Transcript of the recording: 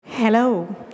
Hello